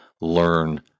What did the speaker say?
learn